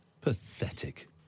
Pathetic